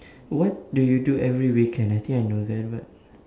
what do you do every weekend I think I know that one